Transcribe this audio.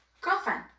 girlfriend